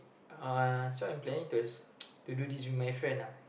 uh so I'm planning to to do this with my friend lah